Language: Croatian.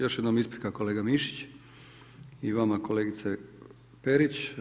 Još jednom isprika kolega Mišić i vama kolegice Perić.